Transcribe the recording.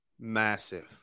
massive